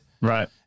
Right